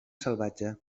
salvatge